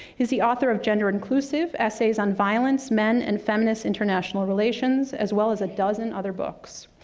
he's the author of gender inclusive esssays on violence, men, and feminist international relations as well as a dozen other books.